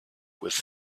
with